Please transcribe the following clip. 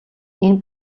энэ